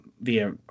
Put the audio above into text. via